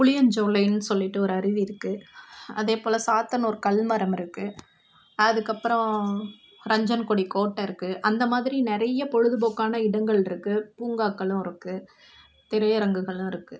புளியஞ்சோலையின் சொல்லிகிட்டு ஒரு அருவி இருக்குது அதே போல சாத்தனூர் கல்மரம் இருக்குது அதுக்கப்புறம் ரஞ்சன்கோடி கோட்டை இருக்குது அந்த மாதிரி நிறைய பொழுதுபோக்கான இடங்கள் இருக்குது பூங்காக்களும் இருக்குது திரையரங்குகளும் இருக்குது